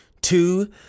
two